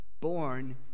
Born